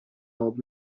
old